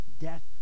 Death